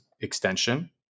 extension